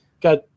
got